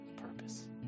purpose